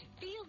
feel